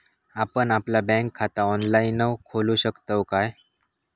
आपण आपला बँक खाता ऑनलाइनव खोलू शकतव काय?